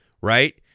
right